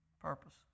Purpose